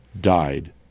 died